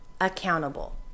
accountable